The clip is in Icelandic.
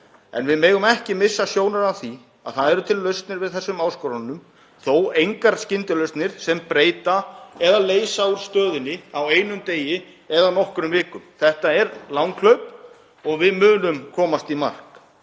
en við megum ekki missa sjónar á því að til eru lausnir við þessum áskorunum, þó engar skyndilausnir sem breyta eða leysa úr stöðunni á einum degi eða nokkrum vikum. Þetta er langhlaup og við munum komast í mark.